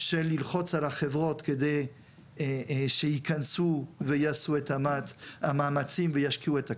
של ללחוץ על החברות כדי שיכנסו ויעשו את המאמצים וישקיעו את הכסף,